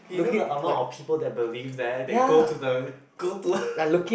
you know the amount of people that believe that that go to the go to